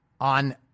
on